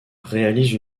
réalise